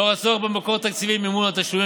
לאור הצורך במקור תקציבי למימון התשלומים